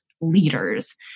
leaders